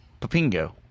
Popingo